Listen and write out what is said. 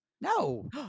No